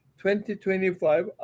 2025